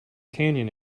canyon